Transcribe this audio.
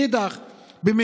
מאידך גיסא,